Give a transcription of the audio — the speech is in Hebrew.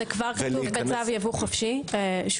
זה כבר כתוב בצו ייבוא חופשי שבסמכותכם.